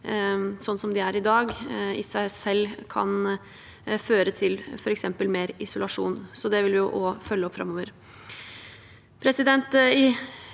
sånn de er i dag – i seg selv kan føre til f.eks. mer isolasjon. Det vil vi også følge opp framover.